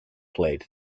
played